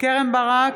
קרן ברק,